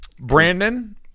Brandon